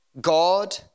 God